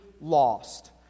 lost